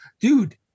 dude